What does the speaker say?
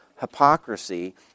hypocrisy